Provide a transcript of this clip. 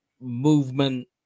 movement